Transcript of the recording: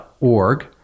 org